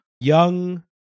young